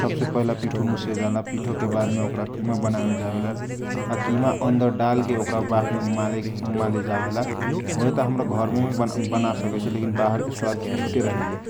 सब से पहिला पिठो मुछे जावेला पिठो के बाद मे ओकरा किमा बनावे जाला आ किमा अनदर डालके ओकारा बाफ मे उमाले जावेला उ त हमर घरों में बनावे जाला लेखिन बाहर के स्वाद छुटे रहईए |